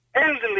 elderly